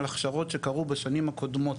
על הכשרות שקרו בשנים הקודמות,